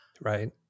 right